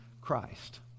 Christ